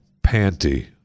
panty